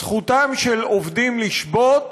זכותם של עובדים לשבות